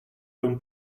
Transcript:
l’on